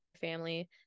family